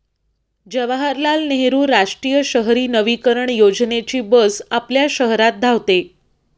जवाहरलाल नेहरू राष्ट्रीय शहरी नवीकरण योजनेची बस आपल्या शहरात धावते